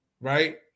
right